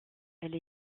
elle